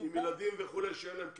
עם ילדים שאין להם כסף,